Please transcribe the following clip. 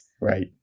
Right